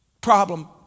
problem